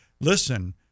listen